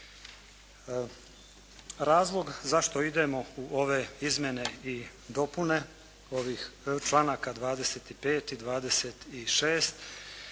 Razlog zašto idemo u ove izmjene i dopune ovih članaka 25. i 26.